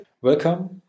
Welcome